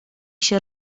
się